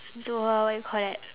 into a what you call that